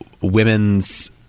women's